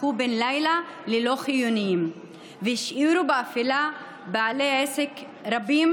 הפכו בן לילה ללא חיוניים והשאירו באפלה בעלי עסק רבים,